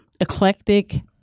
eclectic